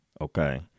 okay